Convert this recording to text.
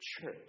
church